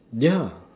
ya